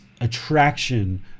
attraction